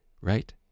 right